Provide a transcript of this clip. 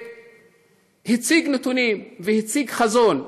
והציג נתונים, והציג חזון.